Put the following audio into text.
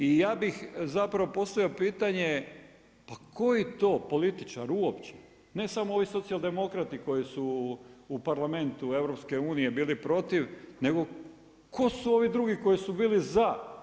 I ja bih postavio pitanje pa koji to političar uopće, ne samo ovi socijaldemokrati koji su u parlamentu EU, bili protiv, nego tko su ovi drugi koji su bili za?